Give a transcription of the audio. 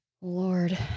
Lord